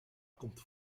komt